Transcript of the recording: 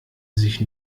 sich